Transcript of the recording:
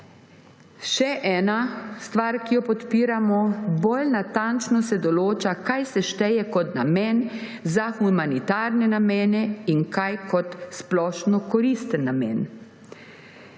Še ena stvar, ki jo podpiramo: bolj natančno se določa, kaj se šteje kot namen za humanitarne namene in kaj kot splošnokoristen namen.